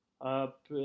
up